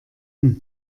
aber